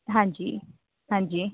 ਹਾਂਜੀ ਹਾਂਜੀ